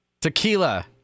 Tequila